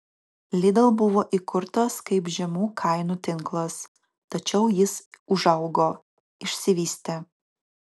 lidl buvo įkurtas kaip žemų kainų tinklas tačiau jis užaugo išsivystė